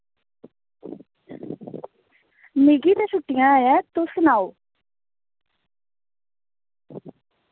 मिगी ते छुट्टियां ते ऐ गै तुस सनाओ